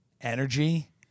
energy